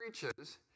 preaches